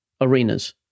arenas